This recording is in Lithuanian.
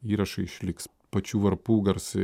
įrašai išliks pačių varpų garsai